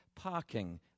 parking